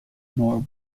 nor